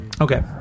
okay